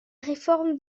réforme